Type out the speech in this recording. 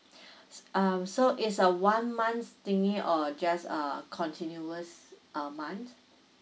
um so it's a one month thingy or just uh continuous uh month